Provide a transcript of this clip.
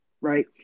right